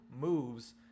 moves